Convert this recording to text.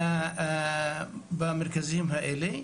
במרכזים האלה.